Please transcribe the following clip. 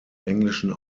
englischen